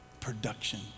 production